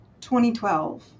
2012